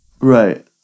right